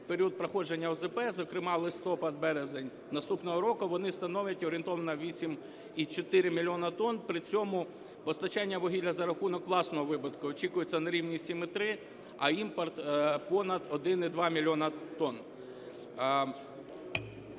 період проходження ОЗП, зокрема листопад, березень наступного року, вони становлять орієнтовно 8,4 мільйона тонн, при цьому постачання вугілля за рахунок власного видобутку очікується на рівні 7,3, а імпорт - понад 1,2 мільйона тонн.